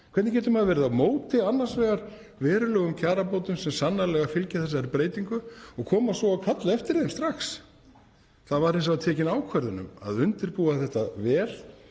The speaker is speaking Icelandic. Hvernig getur maður verið á móti annars vegar verulegum kjarabótum sem sannarlega fylgja þessari breytingu og komið svo og kallað eftir þeim strax? Það var hins vegar tekin ákvörðun um að undirbúa þetta vel,